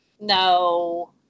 no